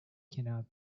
cannot